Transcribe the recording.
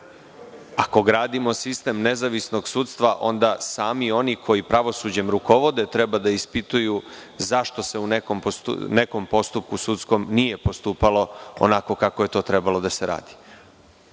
Ako gradimo sistem nezavisnog sudstva, onda smi oni koji pravosuđem rukovode treba da ispituju zašto se u nekom postupku sudskom, nije postupalo, onako kako je to trebalo da se radi. Ako